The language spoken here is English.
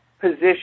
position